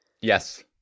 Yes